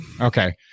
okay